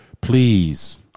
Please